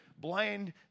blind